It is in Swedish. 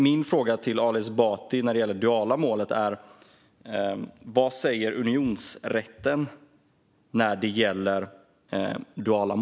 Min fråga till Ali Esbati när det gäller det duala målet är vad unionsrätten säger om det.